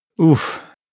Oof